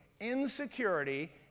insecurity